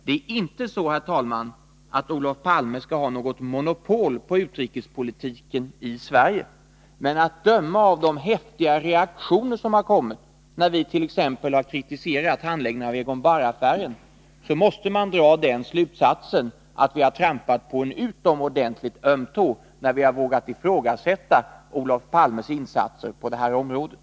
Det är inte så, herr talman, att Olof Palme skall ha något monopol på utrikespolitiken i Sverige. Men att döma av de häftiga reaktionerna när vi t.ex. kritiserade handläggningen av Egon Bahr-affären måste man dra slutsatsen att vi har trampat på en utomordentligt öm tå när vi har vågat ifrågasätta Olof Palmes insatser på det området.